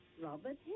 Robert